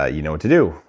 ah you know what to do.